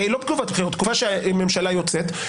לא בתקופת בחירות, בתקופה שהממשלה יוצאת.